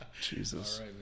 Jesus